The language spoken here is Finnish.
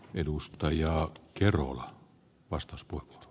edus tajaa kerola rahasta kiinni